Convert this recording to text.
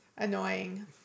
Annoying